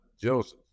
Joseph